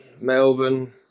melbourne